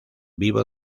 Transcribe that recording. vivo